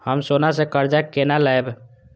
हम सोना से कर्जा केना लैब?